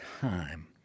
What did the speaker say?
time